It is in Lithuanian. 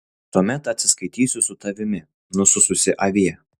tuomet atsiskaitysiu su tavimi nusususi avie